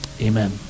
Amen